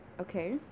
okay